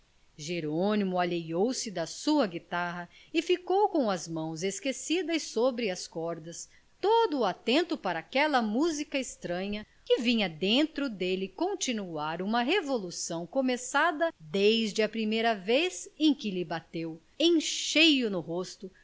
velhos jerônimo alheou se de sua guitarra e ficou com as mãos esquecidas sobre as cordas todo atento para aquela música estranha que vinha dentro dele continuar uma revolução começada desde a primeira vez em que lhe bateu em cheio no rosto